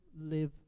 live